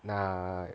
nah